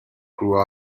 grew